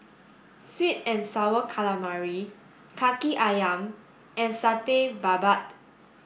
sweet and sour calamari Kaki Ayam and Satay Babat